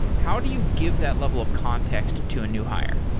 how do you give that level of context to a new hire?